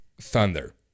Thunder